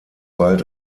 bald